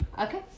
Okay